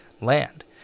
land